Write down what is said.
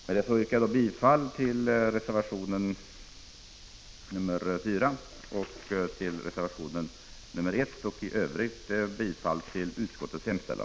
Med detta yrkar jag bifall till reservationerna 1 och 4 och i övrigt till utskottets hemställan.